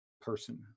person